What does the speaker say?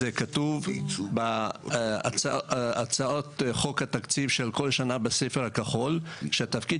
זה כתוב בהצעות חוק התקציב של כל שנה בספר הכחול כשהתפקיד